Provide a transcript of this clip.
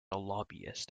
lobbyist